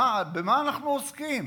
במה אנחנו עוסקים?